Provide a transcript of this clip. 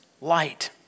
light